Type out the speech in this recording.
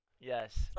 Yes